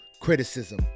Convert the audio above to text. criticism